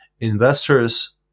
investors